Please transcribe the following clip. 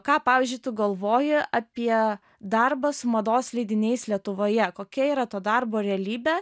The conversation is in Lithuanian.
ką pavyzdžiui tu galvoji apie darbą su mados leidiniais lietuvoje kokia yra to darbo realybė